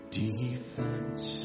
defense